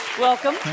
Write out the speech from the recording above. Welcome